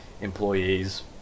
employees